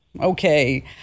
okay